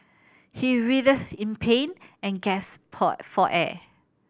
he writhed in pain and gasped for air